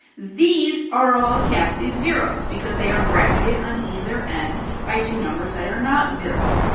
these are all captive zeroes because they are bracketed on either end by two numbers that are not zero.